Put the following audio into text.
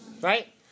Right